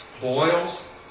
boils